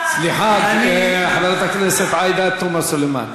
סליחה, חברת הכנסת עאידה תומא סלימאן.